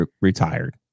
retired